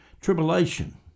tribulation